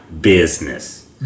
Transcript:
business